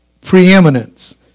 preeminence